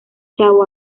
chao